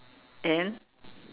and